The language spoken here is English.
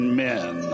men